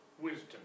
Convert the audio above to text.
wisdom